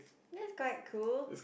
that's quite cool